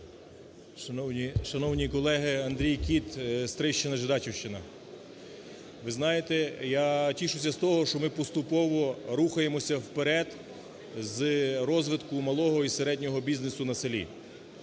Шановні колеги! Андрій Кіт, Стрийщина, Жидачівщина. Ви знаєте, я тішуся з того, що ми поступово рухаємося вперед з розвитку малого і середнього бізнесу на селі.